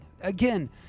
Again